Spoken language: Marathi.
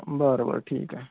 बरं बरं ठीक आहे